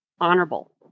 honorable